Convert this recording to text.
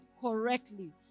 correctly